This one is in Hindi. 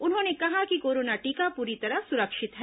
उन्होंने कहा कि कोरोना टीका पूरी तरह सुरक्षित है